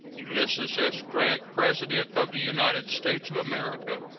ulysses s. grant, president of the united states of america,